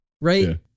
Right